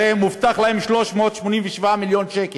הרי מובטחים להם 387 מיליון שקל.